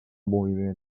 moviment